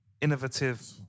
innovative